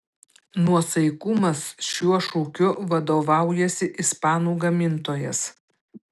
nuosaikumas šiuo šūkiu vadovaujasi ispanų gamintojas